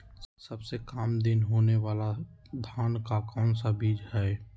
सबसे काम दिन होने वाला धान का कौन सा बीज हैँ?